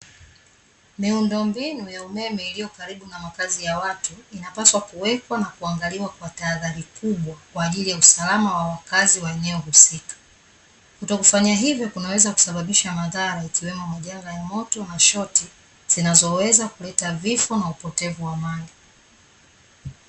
Miundombinu ya umeme iliyo karibu na makazi ya watu, inapaswa kuwekwa na kuangaliwa kwa tahadhari kubwa, kwa ajili ya usalama wa wakazi wa eneo husika. Kutokufanya hivyo kunaweza kusababisha madhara, ikiwemo majanga ya moto na shoti, zinazoweza kuleta vifo na upotevu wa mali.